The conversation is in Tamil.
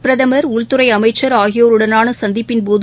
பிரதமர் உள்துறைஅமைச்சர் ஆகியோருடனாளசந்திப்பின்போது